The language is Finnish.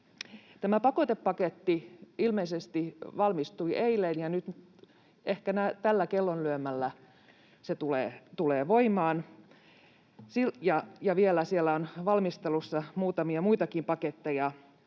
Pakotepaketti ilmeisesti valmistui eilen, ja nyt ehkä tällä kellonlyömällä se tulee voimaan. Ja vielä siellä on valmistelussa muutamia muitakin paketteja,